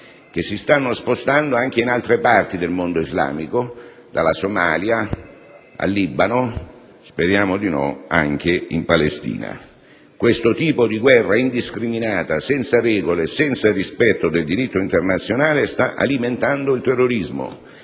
che si stanno spostando anche in altre parti del mondo islamico, dalla Somalia al Libano e, speriamo di no, anche alla Palestina. Questo tipo di guerra indiscriminata, senza regole e rispetto del diritto internazionale, sta alimentando il terrorismo.